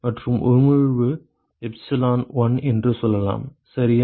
மற்றும் உமிழ்வு எப்சிலோன் 1 என்று சொல்லலாம் சரியா